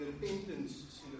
Repentance